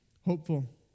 Hopeful